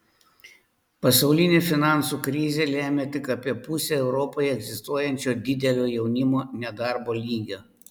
pasaulinė finansų krizė lemia tik apie pusę europoje egzistuojančio didelio jaunimo nedarbo lygio